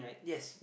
yes